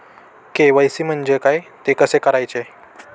KYC म्हणजे काय? ते कसे करायचे?